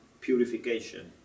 purification